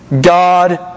God